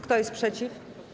Kto jest przeciw?